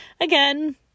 again